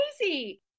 crazy